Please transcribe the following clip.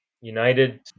United